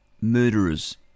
murderer's